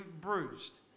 bruised